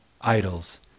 idols